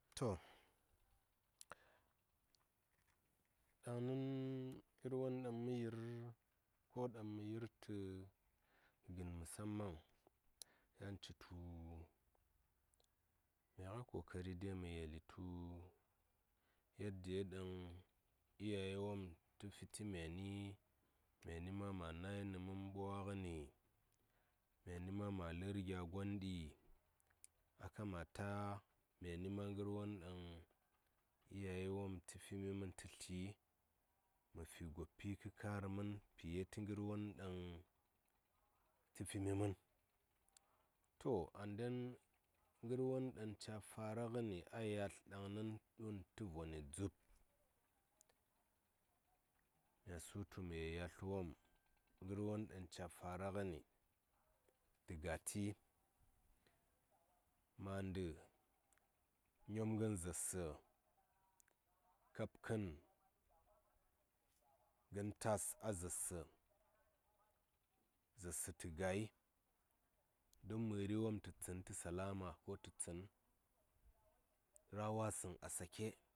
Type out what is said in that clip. To ɗaŋnən ngar yo ɗaŋ mə yir ko ɗam mə yir tə gən musam man yan ci tu mya a kokari de mə yelitu yaddiyo ɗaŋ iyaye wom tə fi myani ma nainə mən ɓwa ngəni kuma ma lər gya gon di a kamata mya ni ma ngər won ɗaŋ iyaye wom tə fimi mən tə tli mə fi gopi fiye tə mən kar ɗaŋ tə fimi mən to ngər won ɗaŋ ca fara ngəni a yalt ɗaŋnəŋ ɗun tə voni dzub mya su tu mə yel yalt wom ngər won ɗaŋ ca fara ngəni tə gati mandə nyom ngən zaar sə kab kən mən tas a zaar sə zaar sə tə gai don məri wom tə tsən tə salama ko tə rawa səŋ a sake.